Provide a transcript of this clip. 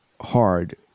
hard